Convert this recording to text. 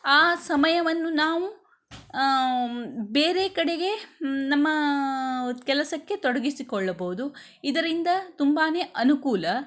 ಆ ಸಮಯವನ್ನು ನಾವು ಬೇರೆ ಕಡೆಗೆ ನಮ್ಮ ಕೆಲಸಕ್ಕೆ ತೊಡಗಿಸಿಕೊಳ್ಳಬಹುದು ಇದರಿಂದ ತುಂಬನೇ ಅನುಕೂಲ